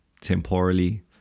temporally